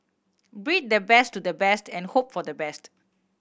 breed the best to the best and hope for the best